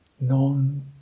non